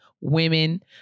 women